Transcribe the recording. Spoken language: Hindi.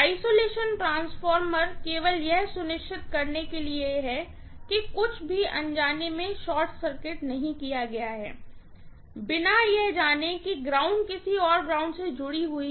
आइसोलेशन ट्रांसफार्मर केवल यह सुनिश्चित करने के लिए है कि कुछ भी अनजाने में शॉर्ट सर्किट नहीं किया गया है बिना यह जाने कि कुछ ग्राउंड किसी और ग्राउंड से जुड़ी हुई है